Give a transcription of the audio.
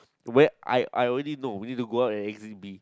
where I I already know we need to go out at exit B